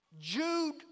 Jude